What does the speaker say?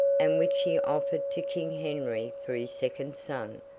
and which he offered to king henry for his second son,